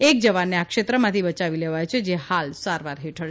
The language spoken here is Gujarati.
એક જવાનને આ ક્ષેત્રમાંથી બચાવી લેવાયો છે જે હાલ સારવાર હેઠળ છે